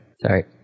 Sorry